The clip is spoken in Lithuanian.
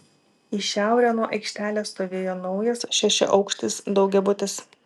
į šiaurę nuo aikštelės stovėjo naujas šešiaaukštis daugiabutis